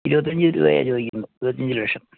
ഇരുപത്തി അഞ്ച് രൂപയാണ് ചോദിക്കുന്നത് ഇരുപത്തി അഞ്ച് ലക്ഷം